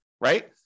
right